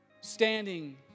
standing